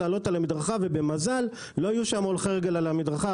לעלות על המדרכה ובמזל לא היו אז הולכי רגל על המדרכה.